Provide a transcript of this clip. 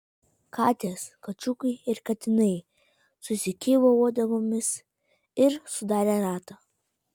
katės kačiukai ir katinai susikibo uodegomis ir sudarė ratą